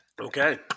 Okay